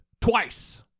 twice